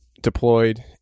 deployed